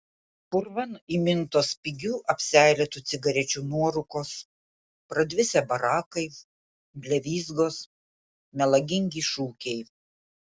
purvan įmintos pigių apseilėtų cigarečių nuorūkos pradvisę barakai blevyzgos melagingi šūkiai